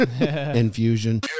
Infusion